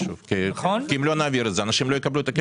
כי אם לא נעביר את זה אנשים לא יקבלו את הכסף.